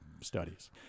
studies